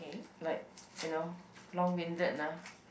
like you know long winded ah